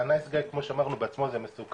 ה"נייס גאי" כמו שאמרנו הוא בעצמו מסוכן,